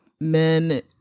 men